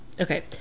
okay